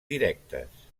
directes